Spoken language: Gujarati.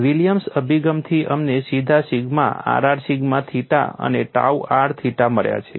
વિલિયમ્સ અભિગમથી અમને સીધા સિગ્મા rr સિગ્મા થિટા અને ટાઉ r થિટા મળ્યા છે